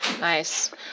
Nice